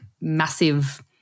massive